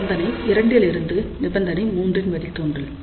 நிபந்தனை இரண்டிலிருந்து நிபந்தனை மூன்றின் வழித்தோன்றல்